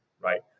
right